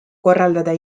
korraldada